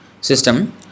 system